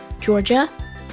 Georgia